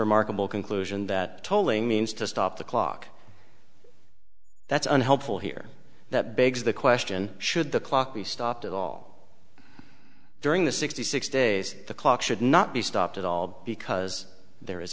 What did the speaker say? remarkable conclusion that tolling means to stop the clock that's unhelpful here that begs the question should the clock be stopped at all during the sixty six days the clock should not be stopped at all because there is